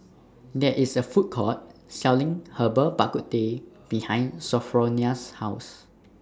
There IS A Food Court Selling Herbal Bak Ku Teh behind Sophronia's House